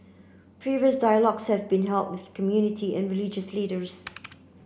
previous dialogues have been held with community and religious leaders